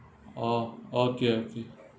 oh okay okay